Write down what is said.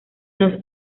nos